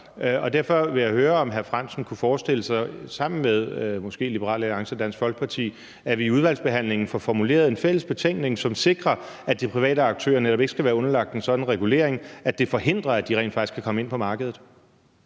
Derfor vil jeg høre, om hr. Henrik Frandsen kunne forestille sig sammen med måske Liberal Alliance og Dansk Folkeparti, at vi i udvalgsbehandlingen får formuleret et fælles betænkningsbidrag, som sikrer, at de private aktører netop ikke skal være underlagt en sådan regulering, der forhindrer, at de rent faktisk kan komme ind på markedet.